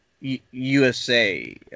usa